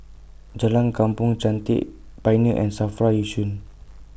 Jalan Kampong Chantek Pioneer and Safry Yishun